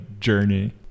Journey